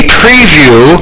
preview